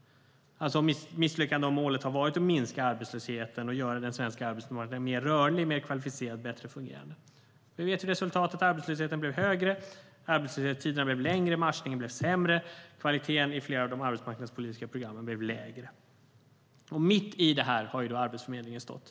Det är ett misslyckande om målet har varit att minska arbetslösheten och göra den svenska arbetsmarknaden mer rörlig, mer kvalificerad och bättre fungerande. Vi vet resultatet. Arbetslösheten blev högre. Arbetslöshetstiderna blev längre. Matchningen blev sämre. Kvaliteten i flera av de arbetsmarknadspolitiska programmen blev lägre. Och mitt i detta har Arbetsförmedlingen stått.